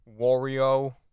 Wario